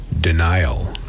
denial